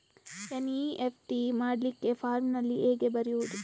NEFT ಮಾಡ್ಲಿಕ್ಕೆ ಫಾರ್ಮಿನಲ್ಲಿ ಹೇಗೆ ಬರೆಯುವುದು?